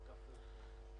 לא שמענו אותך בדקות האחרונות.